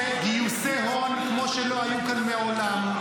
גיוסי הון כמו שלא היו כאן מעולם,